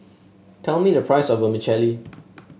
tell me the price of Vermicelli